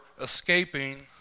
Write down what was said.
escaping